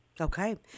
okay